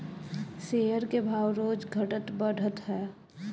share के भाव रोज घटत बढ़त हअ